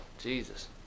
Jesus